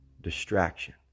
distraction